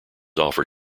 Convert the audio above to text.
offer